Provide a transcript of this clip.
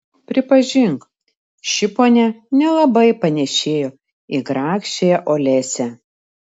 pripažink ši ponia nelabai panėšėjo į grakščiąją olesią